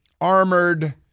armored